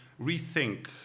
rethink